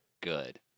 good